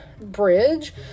bridge